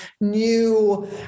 new